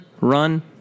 run